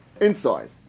Inside